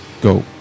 go